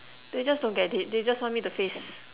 they just don't get it they just want me to face